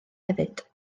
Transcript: hefyd